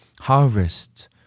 harvest